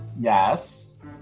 Yes